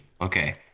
Okay